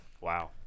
Wow